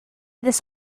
this